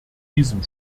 diesem